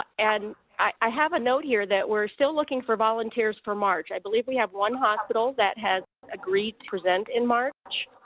and i have a note here that we're still looking for volunteers for march. i believe we have one hospital that has agreed to present in march,